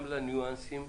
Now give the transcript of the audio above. גם לניואנסים,